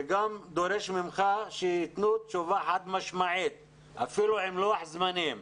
שגם דורש ממך שיתנו תשובה חד משמעית אפילו עם לוח זמנים.